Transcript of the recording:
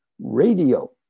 radio